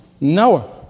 Noah